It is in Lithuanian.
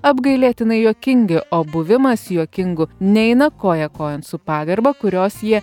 apgailėtinai juokingi o buvimas juokingu neina koja kojon su pagarba kurios jie